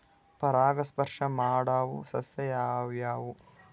ಪರಾಗಸ್ಪರ್ಶ ಮಾಡಾವು ಸಸ್ಯ ಯಾವ್ಯಾವು?